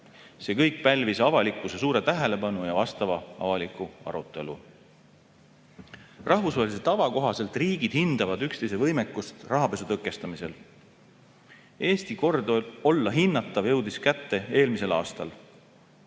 See kõik pälvis avalikkuse suure tähelepanu ja vastava avaliku arutelu. Rahvusvahelise tava kohaselt riigid hindavad üksteise võimekust rahapesu tõkestamisel. Eesti kord olla hinnatav jõudis kätte eelmisel aastal.